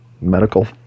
medical